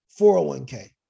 401k